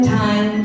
time